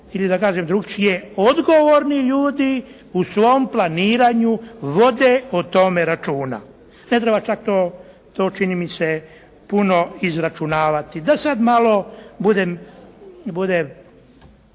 ili da kažem drukčije odgovorni ljudi u svom planiranju vode o tome računa. Ne treba čak to čini mi se puno izračunavati. Da sad malo budem